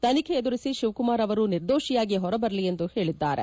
ತನಿಖೆ ಎದುರಿಸಿ ಶಿವಕುಮಾರ್ ಅವರು ನಿರ್ದೋಷಿಯಾಗಿ ಹೊರ ಬರಲಿ ಎಂದು ಹೇಳಿದ್ದಾರೆ